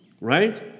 right